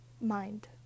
mind